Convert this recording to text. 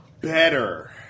Better